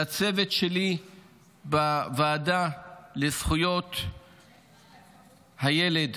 לצוות שלי בוועדה לזכויות הילד.